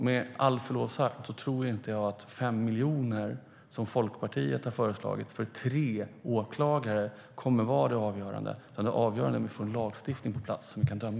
Med förlov sagt tror jag inte att 5 miljoner, som Folkpartiet har föreslagit, för tre åklagare kommer att vara avgörande. Det avgörande är att vi kan få en lagstiftning på plats som det går att döma efter.